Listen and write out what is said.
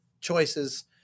choices